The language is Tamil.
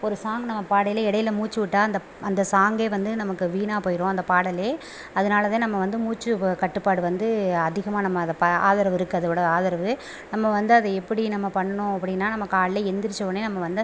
ஒரு சாங்க் நம்ம பாடையிலே இடையில மூச்சுவிட்டா அந்த அந்த சாங்கே வந்து நமக்கு வீணாக போயிடும் அந்த பாடலே அதனால் தான் நம்ம வந்து மூச்சு வ கட்டுப்பாடு வந்து அதிகமாக நம்ம அதை பா ஆதரவு இருக்குது அதோடய ஆதரவு நம்ம வந்து அதை எப்படி நம்ம பண்ணோம் அப்படின்னா நம்ம காலைல எழுந்திரிச்சவொன்னே நம்ம வந்து